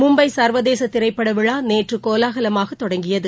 மும்பை சர்வதேச திரைப்பட விழா நேற்று கோலாபலமாக தொடங்கியது